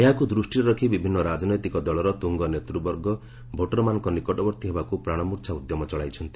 ଏହାକୁ ଦୃଷ୍ଟିରେ ରଖି ବିଭିନ୍ନ ରାଜନୈତିକ ଦଳର ତୁଙ୍ଗ ନେତୂବର୍ଗ ଭୋଟରମାନଙ୍କ ନିକଟବର୍ତ୍ତୀ ହେବାକୁ ପ୍ରାଣମୂର୍ଚ୍ଛା ଉଦ୍ୟମ ଚଳାଇଛନ୍ତି